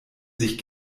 sich